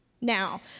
Now